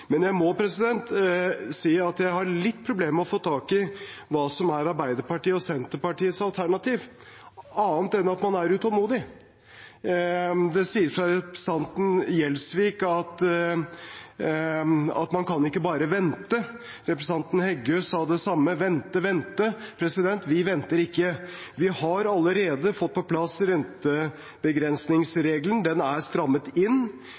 Men jeg må si jeg har litt problemer med å få tak i hva som er Arbeiderpartiets og Senterpartiets alternativ, annet enn at man er utålmodig. Det sies fra representanten Gjelsvik at man kan ikke bare vente. Representanten Heggø sa det samme. Vente, vente – vi venter ikke. Vi har allerede fått på plass rentebegrensningsregelen, den er strammet inn.